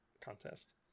Contest